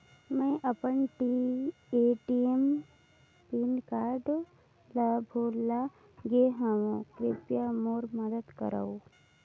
मैं अपन ATM PIN ल भुला गे हवों, कृपया मोर मदद करव